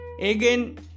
Again